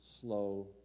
slow